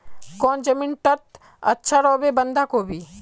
कौन जमीन टत अच्छा रोहबे बंधाकोबी?